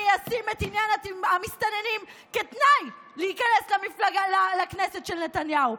אני אשים את עניין המסתננים כתנאי להיכנס לכנסת של נתניהו,